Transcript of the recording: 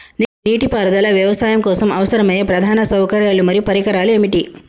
నీటిపారుదల వ్యవసాయం కోసం అవసరమయ్యే ప్రధాన సౌకర్యాలు మరియు పరికరాలు ఏమిటి?